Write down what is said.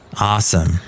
Awesome